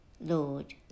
Lord